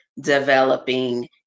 developing